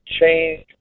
change